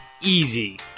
easy